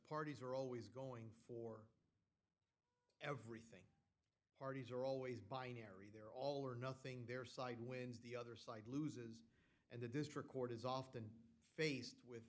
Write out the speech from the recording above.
parties are always going everything parties are always by unary they're all or nothing they're side wins the other side loses and the district court is often faced with